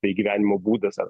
tai gyvenimo būdas ar